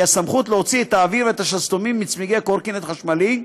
והיא הסמכות להוציא את האוויר ואת השסתומים מצמיגי קורקינט חשמלי,